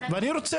ואני רוצה,